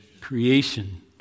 creation